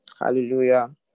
Hallelujah